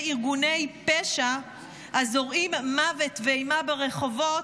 ארגוני פשע הזורעים מוות ואימה ברחובות,